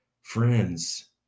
Friends